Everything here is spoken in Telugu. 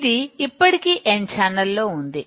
ఇది ఇప్పటికే n ఛానల్ ఉంది